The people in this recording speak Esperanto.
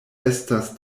estas